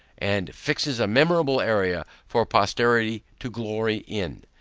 and fixes a memorable area for posterity to glory in.